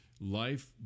Life